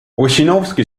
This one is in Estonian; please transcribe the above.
ossinovski